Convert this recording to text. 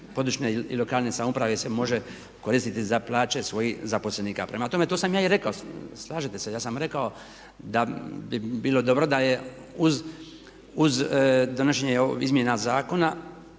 područne i lokalne samouprave se može koristiti za plaće svojih zaposlenika. Prema tome to sam ja i rekao, slažete se? Ja sam rekao da bi bilo dobro da je uz donošenje ovih izmjena zakona